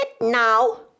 now